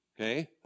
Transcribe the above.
okay